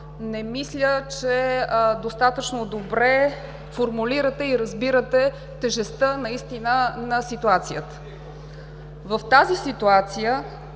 не мисля, че достатъчно добре формулирате и разбирате наистина тежестта на ситуацията. В тази ситуация